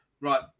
Right